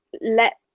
let